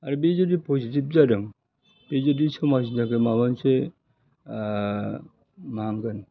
आरो बे जुदि पजिटिभ जादों बे जुदि समाजनि थाखाय माबा मोनसे मा होनगोन